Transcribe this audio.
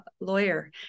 lawyer